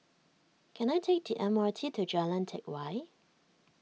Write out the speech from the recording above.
can I take the M R T to Jalan Teck Whye